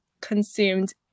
consumed